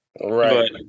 Right